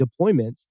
deployments